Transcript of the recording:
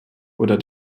oder